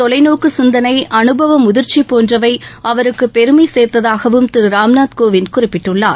தொலைநோக்கு சிந்தனை அனுபவ முதிர்ச்சி போன்றவை அவருக்கு பெருமை சேர்ததாகவும் திரு ராம்நாத் கோவிந்த் குறிப்பிட்டுள்ளார்